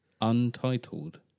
Untitled